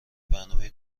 برنامه